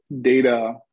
data